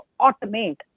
automate